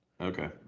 Okay